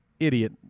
Idiot